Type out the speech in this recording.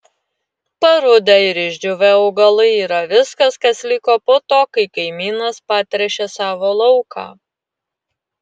parudę ir išdžiūvę augalai yra viskas kas liko po to kai kaimynas patręšė savo lauką